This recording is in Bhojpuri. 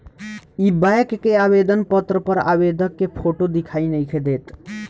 इ बैक के आवेदन पत्र पर आवेदक के फोटो दिखाई नइखे देत